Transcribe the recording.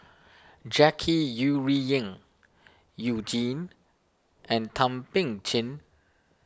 Jackie Yi Ru Ying You Jin and Thum Ping Tjin